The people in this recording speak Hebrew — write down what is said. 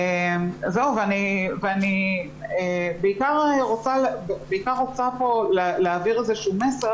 אני בעיקר רוצה להעביר מסר,